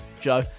Joe